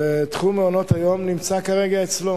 ותחום מעונות-היום נמצא כרגע אצלו.